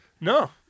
No